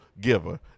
giver